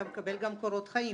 אתה מקבל גם קורות חיים.